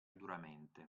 duramente